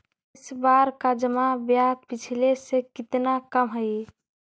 इस बार का जमा ब्याज पिछले से कितना कम हइ